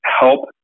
help